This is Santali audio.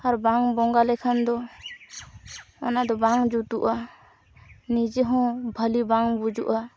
ᱟᱨ ᱵᱟᱝ ᱵᱚᱸᱜᱟ ᱞᱮᱠᱷᱟᱱ ᱫᱚ ᱚᱱᱟᱫᱚ ᱵᱟᱝ ᱡᱩᱛᱩᱼᱟ ᱱᱤᱡᱮᱦᱚᱸ ᱵᱷᱟᱹᱞᱤ ᱵᱟᱝ ᱵᱩᱡᱩᱼᱟ